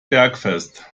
bergfest